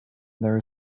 there